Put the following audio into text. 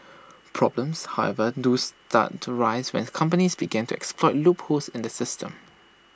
problems however do start to rise when companies begin to exploit loopholes in the system